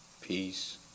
peace